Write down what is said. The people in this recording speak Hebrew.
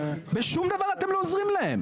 בשום דבר אתם לא עוזרים להם.